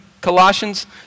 Colossians